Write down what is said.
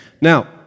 Now